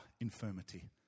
infirmity